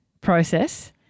process